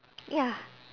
ya